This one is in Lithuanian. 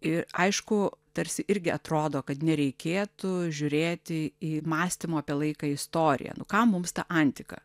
ir aišku tarsi irgi atrodo kad nereikėtų žiūrėti į mąstymo apie laiką istoriją nu kam mums ta antika